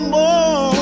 more